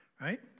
Right